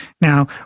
Now